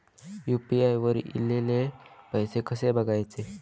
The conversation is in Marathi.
यू.पी.आय वर ईलेले पैसे कसे बघायचे?